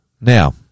Now